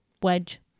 wedge